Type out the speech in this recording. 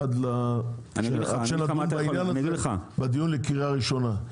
עד שנדון בעניין הזה, בדיון לקריאה ראשונה,